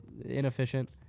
inefficient